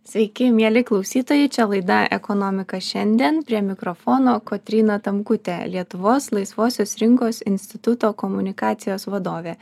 sveiki mieli klausytojai čia laida ekonomika šiandien prie mikrofono kotryna tamkutė lietuvos laisvosios rinkos instituto komunikacijos vadovė